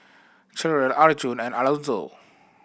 Cherelle Arjun and Alonzo